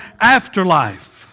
afterlife